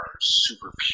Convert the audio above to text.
super